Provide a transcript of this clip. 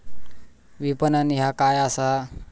विपणन ह्या काय असा?